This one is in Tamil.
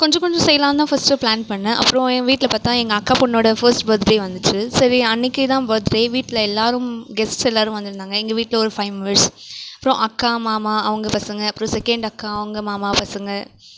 கொஞ்சம் கொஞ்சம் செய்லாந்தான் ஃபர்ஸ்ட் பிளான் பண்ணேன் அப்புறம் எங்கள் வீட்டில் பார்த்த எங்கள் அக்கா பொண்ணுடா ஃபர்ஸ்ட் பர்த்டே வந்துதிச்சு சரி அன்னைக்குதான் பர்த்டே வீட்டில் எல்லாரும் கெஸ்ட்டு எல்லாரும் வந்து இருந்தாங்க எங்கள் வீட்டில் ஒரு ஃபைவ் மெம்பெர்ஸ் அப்புறம் அக்கா மாமா அவங்க பசங்க அப்புறம் செகண்ட் அக்கா அவங்க மாமா பசங்க